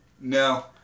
No